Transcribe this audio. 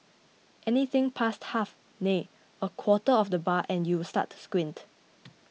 anything past half nay a quarter of the bar and you start to squint